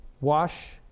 wash